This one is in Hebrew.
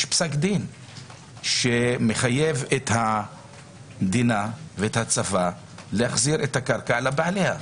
יש פסק דין שמחייב את המדינה ואת הצבא להחזיר את הקרקע לבעליה.